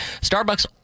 Starbucks